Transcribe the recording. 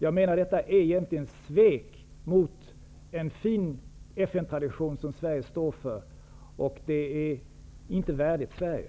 Jag menar att detta egentligen är ett svek mot en fin FN-tradition, som Sverige står för. Det är inte värdigt Sverige.